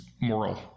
moral